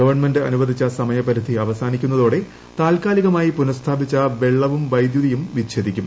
government അനുവദിച്ച സമയപരിധി അവസാനിക്കുന്നതോടെ താൽക്കാലികമായി പുനഃസ്ഥാപിച്ച വെള്ളവും വൈദ്യുതിയും വിച്ഛേദിക്കും